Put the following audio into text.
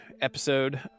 episode